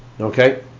okay